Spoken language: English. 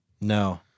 No